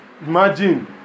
imagine